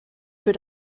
für